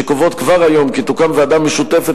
שקובעות כבר היום כי תוקם ועדה משותפת